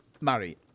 Marry